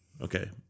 Okay